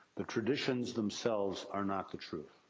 the traditions themselves are not the truth.